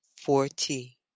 forty